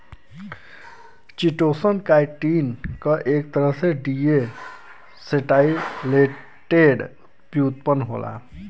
chitosan, chitin क एक तरह क डीएसेटाइलेटेड व्युत्पन्न होला